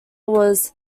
was